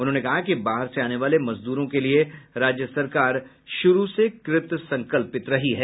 उन्होंने कहा कि बाहर से आने वाले मजदूरों के लिए राज्य सरकार शुरू से कृत संकल्पित रही है